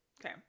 Okay